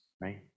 right